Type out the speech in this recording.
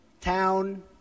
town